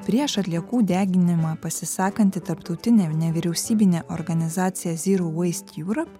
prieš atliekų deginimą pasisakanti tarptautinė nevyriausybinė organizacija zero waste europe